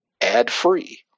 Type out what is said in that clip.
ad-free